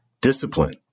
Discipline